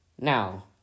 Now